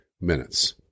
minutes